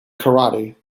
karate